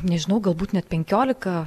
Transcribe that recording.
nežinau galbūt net penkiolika